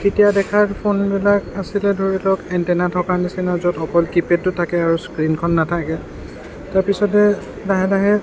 তেতিয়া দেখা ফোনবিলাক আছিলে ধৰি লওঁক এণ্টেনা থকা নিচিনা য'ত অকল কী পেইডটো থাকে আৰু স্ক্ৰীণখন নাথাকে তাৰপিছতে লাহে লাহে